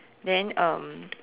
then um